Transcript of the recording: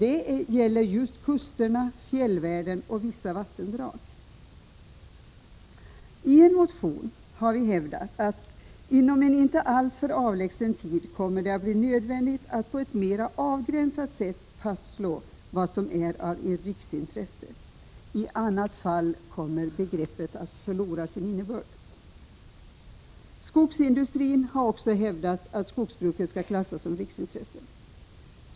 Det gäller just kusterna, fjällvärlden och vissa vattendrag. I en motion har vi hävdat att det inom en inte alltför avlägsen tid kommer att bli nödvändigt att på ett mera avgränsat sätt fastslå vad som är av riksintresse. I annat fall kommer begreppet att förlora sin innebörd. Skogsindustrin har också hävdat att skogsbruket skall klassas som riksintresse.